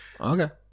Okay